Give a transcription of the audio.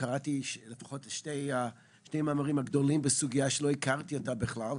וקראתי לפחות את שני המאמרים הגדולים בסוגיה שלא הכרתי אותה בכלל.